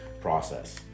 process